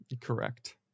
Correct